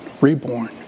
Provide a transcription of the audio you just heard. reborn